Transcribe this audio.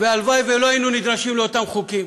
הלוואי שלא היינו נדרשים לאותם חוקים,